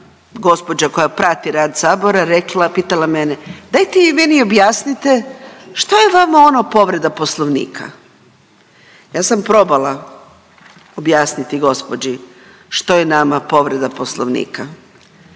gospođa koja prati rad sabora, rekla, pitala mene, daj ti meni objasnite što je vama ono povreda Poslovnika. Ja sam probala objasniti gospođi što je nama povreda Poslovnika.